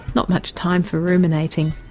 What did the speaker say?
not much time for ruminating.